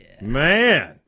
Man